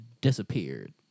disappeared